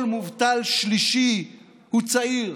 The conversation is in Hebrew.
כל מובטל שלישי הוא צעיר.